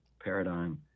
paradigm